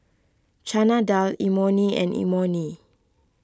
Chana Dal Imoni and Imoni